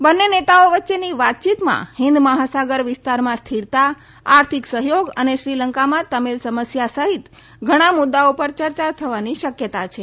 બંને નેતાઓ વચ્ચેની વાતચીતમાં હિન્દ મહાસાગર વિસ્તારમાં સ્થિરતા આર્થિક સહયોગ અને શ્રીલંકામાં તમિલ સમસ્યા સહિત ઘણા મુદ્દાઓ પર ચર્ચા થવાની શક્યતા છે